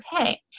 okay